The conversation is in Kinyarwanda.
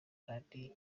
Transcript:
kandi